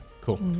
Cool